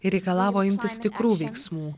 ir reikalavo imtis tikrų veiksmų